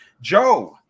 joe